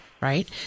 right